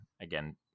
again